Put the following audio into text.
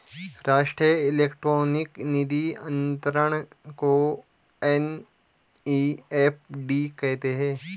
राष्ट्रीय इलेक्ट्रॉनिक निधि अनंतरण को एन.ई.एफ.टी कहते हैं